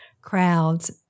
Crowds